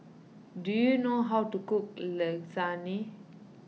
do you know how to cook Lasagna